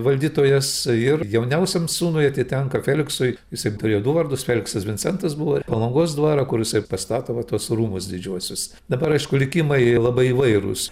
valdytojas ir jauniausiam sūnui atitenka feliksui jisai turėjo du vardus feliksas vincentas buvo ir palangos dvarą kur jisai pastato va tuos rūmus didžiuosius dabar aišku likimai labai įvairūs